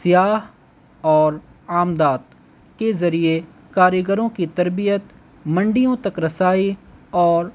سیا اور آمدات کے ذریعے کاریگروں کی تربیت منڈیوں تک رسائی اور